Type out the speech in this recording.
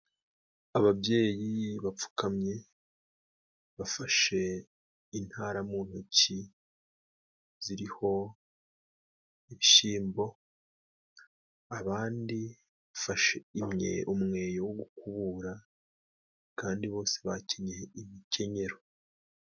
Ababyeyi bapfukamye bafashe intara mu ntoki ziriho ibishimbo abandi bafashe umweyo wo kubura kandi bose bakenyeye imikenyero.